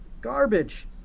Garbage